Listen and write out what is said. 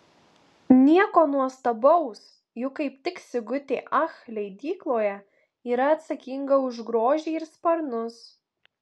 nieko nuostabaus juk kaip tik sigutė ach leidykloje yra atsakinga už grožį ir sparnus